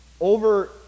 Over